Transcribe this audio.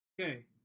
Okay